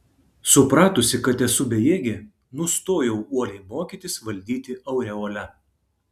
supratusi kad esu bejėgė nustojau uoliai mokytis valdyti aureolę